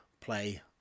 play